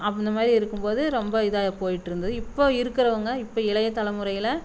அந்த மாதிரி இருக்கும் போது ரொம்ப இதாக போயிட்டுருந்துது இப்போது இருக்குறவங்க இப்போ இளைய தலைமுறையில்